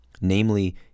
namely